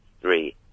three